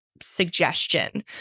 suggestion